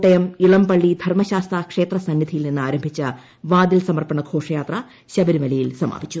കോട്ടയം ഇളംപള്ളി ധർമ്മശാസ്താ ക്ഷേത്ര സന്നിധിയിൽ നിന്ന് ആരംഭിച്ച വാതിൽ സമർപ്പണ ഘോഷയാത്ര ശബരിമലയിൽ സമാപിച്ചു